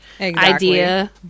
idea